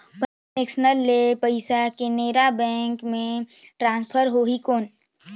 Punjab national ले पइसा Canara bank मे ट्रांसफर होहि कौन?